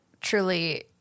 truly